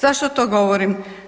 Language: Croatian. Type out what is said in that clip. Zašto to govorim?